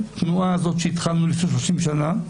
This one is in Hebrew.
התנועה הזאת, שהתחלנו לפני שלושים שנה.